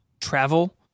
travel